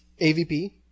AVP